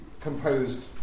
composed